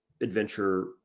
adventure